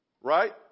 Right